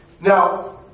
Now